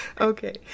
Okay